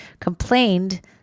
complained